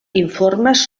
informes